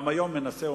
גם היום מנסה,